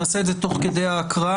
נעשה את זה תוך כדי ההקראה,